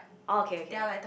orh okay okay